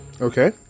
okay